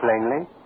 plainly